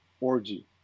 orgy